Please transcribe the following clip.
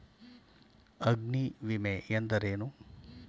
ಅಗ್ನಿವಿಮೆ ಎಂದರೇನು?